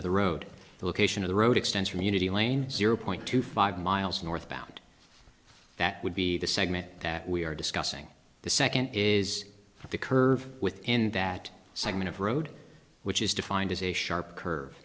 of the road the location of the road extends from unity lane zero point two five miles north bound that would be the segment that we are discussing the second is the curve within that segment of road which is defined as a sharp curve